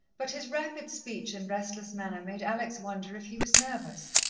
but his rapid speech and restless manner made alex wonder if he was nervous.